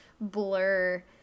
blur